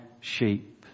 sheep